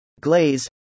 Glaze